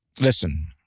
listen